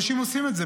אנשים עושים את זה.